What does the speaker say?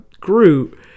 Groot